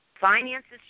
Finances